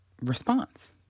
response